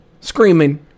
screaming